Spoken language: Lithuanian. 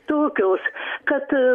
tokios kad